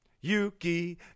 Yuki